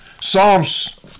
Psalms